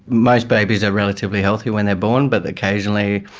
most babies are relatively healthy when they are born but occasionally,